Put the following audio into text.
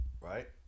right